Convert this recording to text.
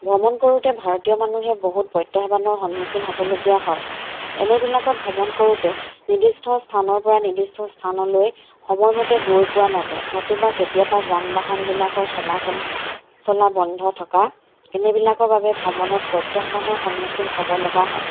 ভ্ৰমণ কৰোঁতে ভাৰতীয় মানুহে বহুত প্ৰত্যাহ্বানৰ সন্মুখীন হ'বলগীয়া হয় এনেবিলাকত ভ্ৰমণ কৰোঁতে নিৰ্দিষ্ট স্থানৰ পৰা নিৰ্দিষ্ট স্থানলৈ সময়মতে গৈ পোৱা নাযায় নতুবা কেতিয়াবা যান বাহনবিলাকৰ চলাচল চলা বন্ধ থকা এনেবিলাকৰ বাবে ভ্ৰমণত প্ৰত্যাহ্বানৰ সন্মুখীন হ'ব লগা হয়